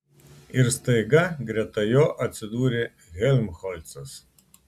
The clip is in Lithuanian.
ir staiga greta jo atsidūrė helmholcas